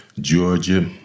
Georgia